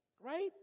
Right